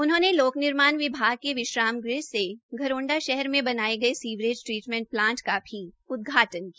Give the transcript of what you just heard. उन्होंने लोक निर्माण विभाग के विश्राम गृह से घरोंडा शहर में बनाए गए सीवरेज ट्रीटमेंट प्लांट का भी उदघाटन किया